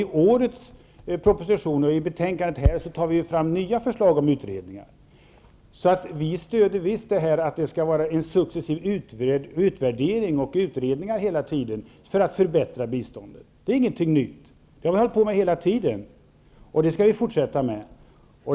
I årets proposition och i betänkandet framläggs det också nya förslag om utredningar. Vi stöder visst förslaget att det hela tiden skall göras en successiv utvärdering och utredningar i syfte att förbättra biståndet. Det är således inte någonting nytt som Ny demokrati för fram. Vi har hela tiden hållit på med utvärderingar och utredningar, och det skall vi fortsätta med.